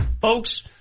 folks